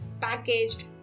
packaged